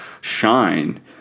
shine